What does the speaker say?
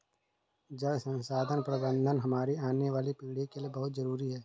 जल संसाधन प्रबंधन हमारी आने वाली पीढ़ी के लिए बहुत जरूरी है